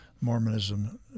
Mormonism